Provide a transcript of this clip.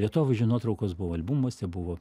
vietovaizdžių nuotraukos buvo albumuose buvo